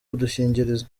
udukingirizo